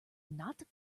not